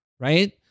right